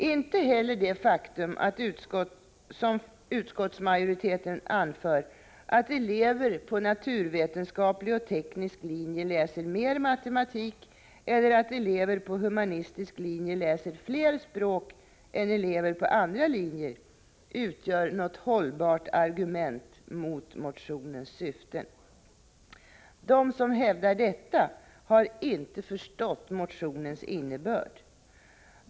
Inte heller det faktum, som utskottsmajoriteten anför, att elever på naturvetenskaplig och teknisk linje läser mer matematik eller att elever på humanistisk linje läser flera språk än elever på andra linjer utgör något hållbart argument mot motionens syften. De som hävdar detta har inte förstått motionens innebörd.